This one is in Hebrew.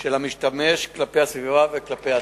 של המשתמש כלפי הסביבה וכלפי עצמו.